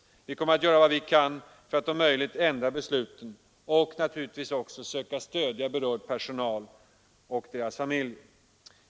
Vi kommer att göra vad vi kan för att om möjligt ändra besluten och naturligtvis också söka stödja berörd personal och deras familjer.